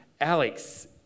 Alex